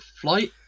flight